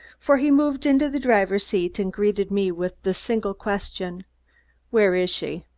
for he moved into the driver's seat and greeted me with the single question where is she?